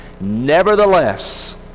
Nevertheless